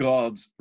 God's